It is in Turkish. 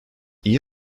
iyi